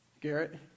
Garrett